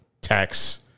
tax